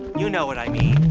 you know what i mean